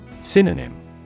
Synonym